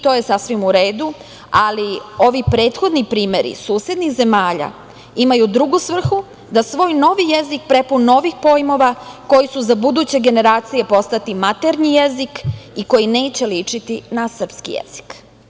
To je sasvim u redu, ali ovi prethodni primeri susednih zemalja imaju drugu svrhu, da svoj novi jezik, prepun novih pojmova, koji će za buduće generacije postati maternji jezik i koji neće ličiti na srpski jezik.